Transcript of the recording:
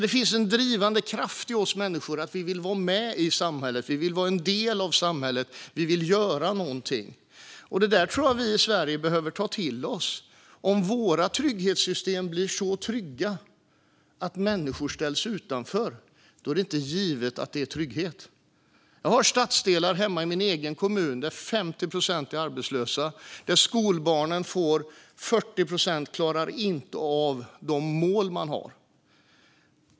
Det finns en drivande kraft i oss människor att vi vill vara med i samhället, vara en del av det och göra någonting. Detta tror jag att vi i Sverige behöver ta till oss. Om våra trygghetssystem blir så trygga att människor ställs utanför är det inte givet att det är trygghet. Jag har stadsdelar hemma i min egen kommun där 50 procent är arbetslösa och 40 procent av skolbarnen inte klarar målen.